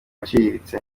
aciriritse